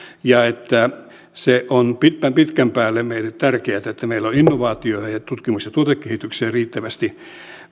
ja että se on pitkän pitkän päälle meille tärkeätä että meillä on innovaatio tutkimus ja tuotekehitykseen riittävästi